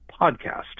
Podcast